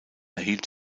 erhielt